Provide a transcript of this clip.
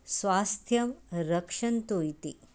स्वास्थ्यं रक्षन्तु इति